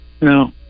No